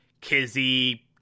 Kizzy